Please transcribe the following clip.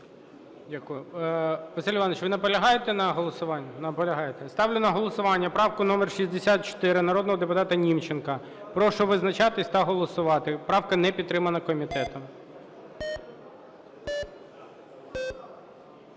Дякую. Василь Іванович, ви наполягаєте на голосуванні? Наполягаєте. Ставлю на голосування правку номер 64 народного депутата Німченка. Прошу визначатись та голосувати. Правка не підтримана комітетом.